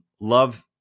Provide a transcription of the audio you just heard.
love